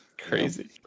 Crazy